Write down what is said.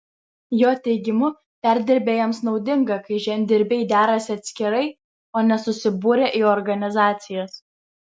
jo teigimu perdirbėjams naudinga kai žemdirbiai derasi atskirai o ne susibūrę į organizacijas